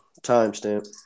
timestamp